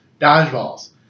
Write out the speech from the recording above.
dodgeballs